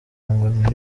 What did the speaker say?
ngo